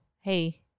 hey